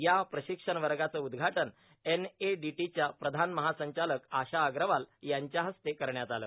या प्रशिक्षण वर्गाचं उद्घाटन एनएडीटीच्या प्रधान महासंचालक आशा अग्रवाल यांच्या हस्ते करण्यात आलं